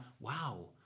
wow